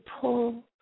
pull